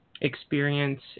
experience